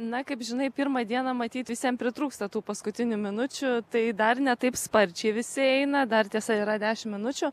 na kaip žinai pirmą dieną matyt visiem pritrūksta tų paskutinių minučių tai dar ne taip sparčiai visi eina dar tiesa yra dešimt minučių